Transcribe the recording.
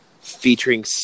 featuring